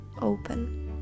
open